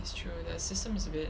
it's true the system is a bit